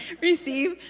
receive